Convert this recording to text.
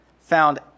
found